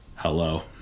Hello